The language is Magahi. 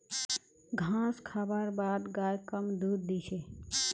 घास खा बार बाद गाय कम दूध दी छे